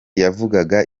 yavugaga